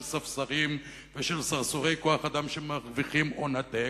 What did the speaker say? של ספסרים ושל סרסורי כוח-אדם שמרוויחים הון עתק,